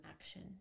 action